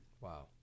Wow